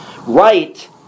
Right